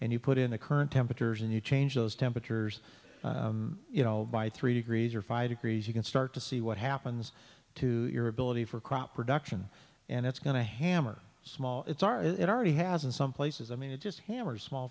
and you put in the current temperatures and you change those temperatures you know by three degrees or five agrees you can start to see what happens to your ability for crop production and it's going to hammer small it's our it already has in some places i mean it just hammers small